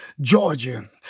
Georgia